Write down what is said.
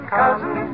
cousin